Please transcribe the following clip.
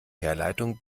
herleitung